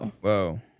whoa